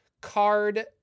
card